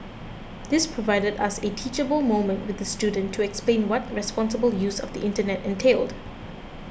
this provided us a teachable moment with the student to explain what responsible use of the internet entailed